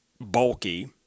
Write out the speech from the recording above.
bulky